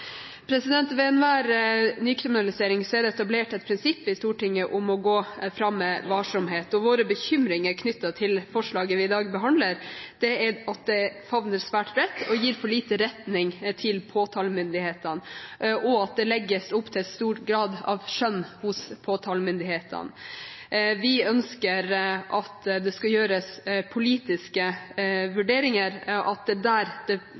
Ved enhver nykriminalisering er det etablert et prinsipp i Stortinget om å gå fram med varsomhet. Våre bekymringer knyttet til forslaget vi i dag behandler, er at det favner svært bredt og gir for lite retning til påtalemyndighetene, og at det legges opp til stor grad av skjønn hos påtalemyndighetene. Vi ønsker at det skal gjøres politiske vurderinger, at det er der skjønnet skal utvises og ligge, ikke hos påtalemyndighetene, og det